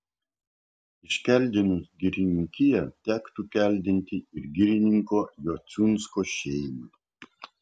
iškeldinus girininkiją tektų keldinti ir girininko jociunsko šeimą